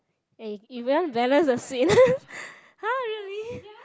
and if we want balance the sweetness !huh! really